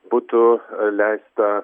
būtų leista